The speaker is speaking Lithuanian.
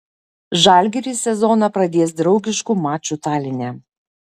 žalgiris sezoną pradės draugišku maču taline